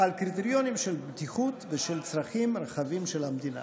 על קריטריונים של בטיחות ושל צרכים רחבים של המדינה.